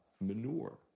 manure